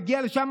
נגיע לשם,